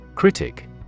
Critic